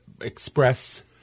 express